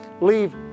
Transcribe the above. leave